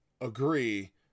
agree